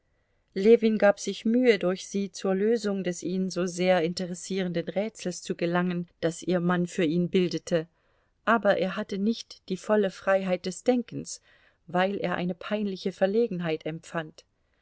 ljewin gab sich mühe durch sie zur lösung des ihn so sehr interessierenden rätsels zu gelangen das ihr mann für ihn bildete aber er hatte nicht die volle freiheit des denkens weil er eine peinliche verlegenheit empfand